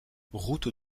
route